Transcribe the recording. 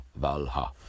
Valha